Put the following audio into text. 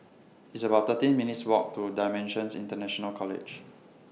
It's about thirteen minutes' Walk to DImensions International College